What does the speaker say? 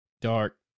dark